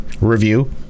review